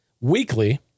weekly